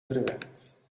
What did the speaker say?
verwend